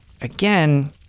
again